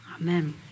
Amen